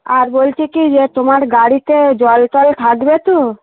আর বলছি কি যে তোমার গাড়িতে জল টল থাকবে তো